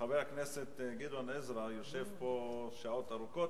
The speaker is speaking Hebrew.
חבר הכנסת גדעון עזרא יושב פה שעות ארוכות,